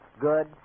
Good